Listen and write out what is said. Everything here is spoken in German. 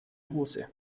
hose